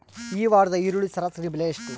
ಈ ವಾರದ ಈರುಳ್ಳಿ ಸರಾಸರಿ ಬೆಲೆ ಎಷ್ಟು?